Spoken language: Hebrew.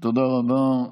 תודה רבה.